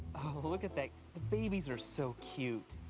oh look at that, the babies are so cute.